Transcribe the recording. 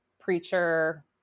preacher